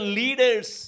leaders